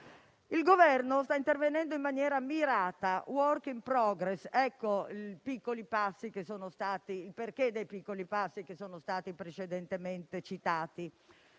Il Governo sta intervenendo in maniera mirata, *work in progress*. Ecco il perché dei piccoli passi che sono stati precedentemente citati: